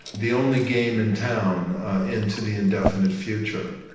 the only game in town into the indefinite future.